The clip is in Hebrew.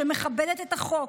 שמכבדת את החוק,